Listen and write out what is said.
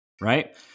right